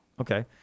Okay